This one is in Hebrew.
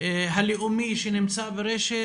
הלאומי שנמצא ברשת,